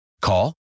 Call